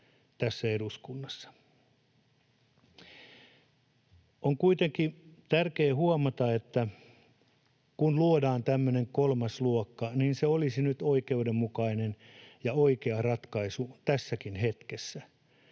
tässä eduskunnassa. On kuitenkin tärkeä huomata, että kun luodaan tämmöinen kolmas luokka, niin se olisi nyt oikeudenmukainen ja oikea ratkaisu tässäkin hetkessä.